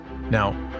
Now